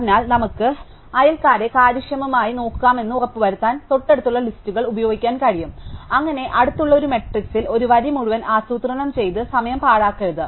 അതിനാൽ നമുക്ക് അയൽക്കാരെ കാര്യക്ഷമമായി നോക്കാനാകുമെന്ന് ഉറപ്പുവരുത്താൻ തൊട്ടടുത്തുള്ള ലിസ്റ്റുകൾ ഉപയോഗിക്കാൻ കഴിയും അങ്ങനെ അടുത്തുള്ള ഒരു മാട്രിക്സിൽ ഒരു വരി മുഴുവൻ ആസൂത്രണം ചെയ്ത് സമയം പാഴാക്കരുത്